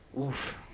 oof